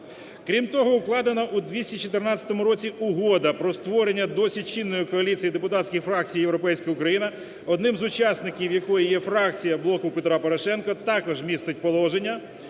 Крім того, укладена у 2014 році угода про створення досі чинної коаліції депутатських фракцій "Європейська Україна", одним із учасників якою є фракція "Блоку Петра Порошенка" також містить положення